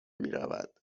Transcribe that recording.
میرود